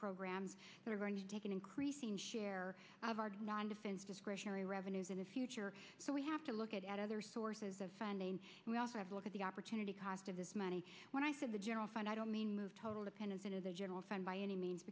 programs that are going to take an increasing share of our non defense discretionary revenues in the future so we have to look at other sources of funding and we also have to look at the opportunity cost of this money when i say the general fund i don't mean move total dependence into the general fund by any means